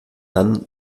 dann